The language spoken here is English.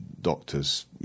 doctors